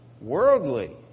worldly